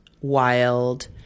wild